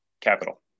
Capital